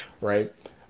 right